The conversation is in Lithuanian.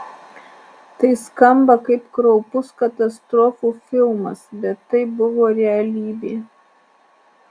tai skamba kaip kraupus katastrofų filmas bet tai buvo realybė